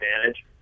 advantage